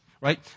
right